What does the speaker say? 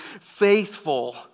faithful